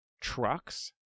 trucks